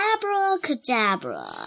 Abracadabra